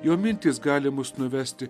jo mintys gali mus nuvesti